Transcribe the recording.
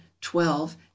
twelve